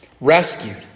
rescued